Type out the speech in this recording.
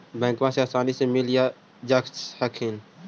बैंकबा से आसानी मे मिल जा हखिन?